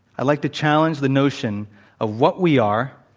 i'd like to challenge the notion of what we are,